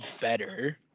better